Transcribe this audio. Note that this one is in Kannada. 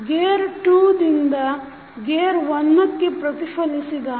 ಗೇರ್ 2 ರಿಂದ ಗೇರ್ 1 ಕ್ಕೆ ಪ್ರತಿಫಲಿದಿದಾಗ